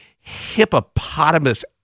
hippopotamus